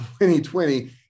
2020